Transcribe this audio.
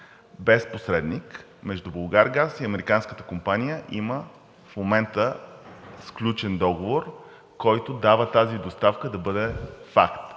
без посредник. Между „Булгаргаз“ и американската компания в момента има сключен договор, който позволява тази доставка да бъде факт.